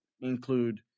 include